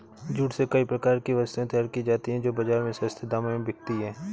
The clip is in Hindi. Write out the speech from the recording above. जूट से कई प्रकार की वस्तुएं तैयार की जाती हैं जो बाजार में सस्ते दामों में बिकती है